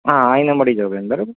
હા આવીને મળી જાવ બેન બરાબર